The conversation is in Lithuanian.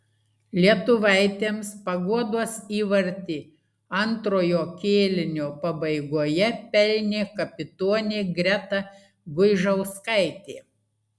lietuvaitėms paguodos įvartį antrojo kėlinio pabaigoje pelnė kapitonė greta guižauskaitė